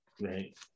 right